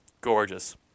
Gorgeous